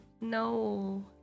no